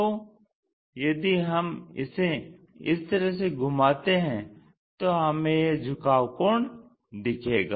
तो यदि हम इसे इस तरह से घुमाते हैं तो हमें यह झुकाव कोण दिखेगा